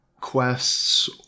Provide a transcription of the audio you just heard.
quests